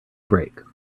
break